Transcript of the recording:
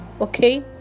Okay